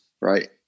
right